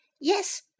Yes